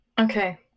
Okay